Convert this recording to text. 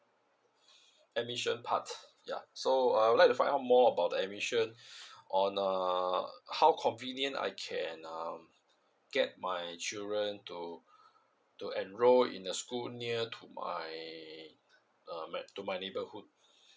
admission part ya so I would like to find out more about the admission on uh how convenient I can uh get my children to to enroll in a school near to my uh to my neighbourhood